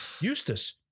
Eustace